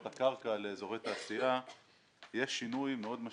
הקרקע לאזורי תעשייה ויש שינוי מאוד משמעותי.